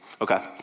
okay